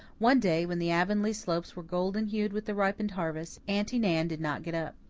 one day, when the avonlea slopes were golden-hued with the ripened harvest, aunty nan did not get up.